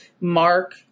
Mark